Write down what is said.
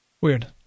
Weird